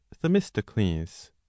Themistocles